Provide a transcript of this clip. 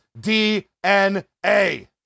DNA